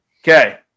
Okay